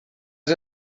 has